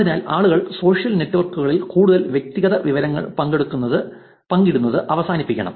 അതിനാൽ ആളുകൾ സോഷ്യൽ നെറ്റ്വർക്കുകളിൽ കൂടുതൽ വ്യക്തിഗത വിവരങ്ങൾ പങ്കിടുന്നത് അവസാനിപ്പിക്കണം